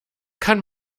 kann